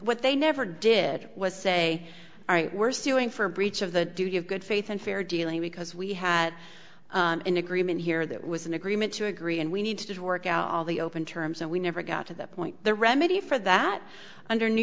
what they never did was say all right we're suing for breach of the duty of good faith and fair dealing because we had an agreement here that was an agreement to agree and we need to work out all the open terms and we never got to the point the remedy for that under new